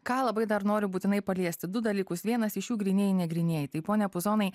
ką labai dar noriu būtinai paliesti du dalykus vienas iš jų grynieji negrynieji tai pone puzonai